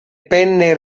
penne